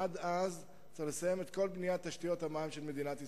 עד אז צריך לסיים את כל בניית תשתיות המים של מדינת ישראל.